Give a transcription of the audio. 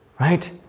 right